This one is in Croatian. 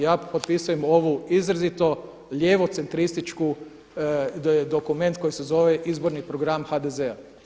Ja potpisujem ovu izrazito lijevo centrističku dokument koji se zove izborni program HDZ-a.